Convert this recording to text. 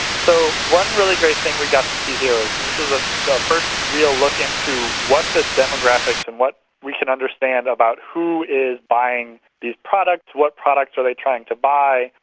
so one really great thing we got to see here is this is ah the first real look into what are the demographics and what we can understand about who is buying these products, what products are they trying to buy,